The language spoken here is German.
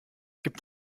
gibt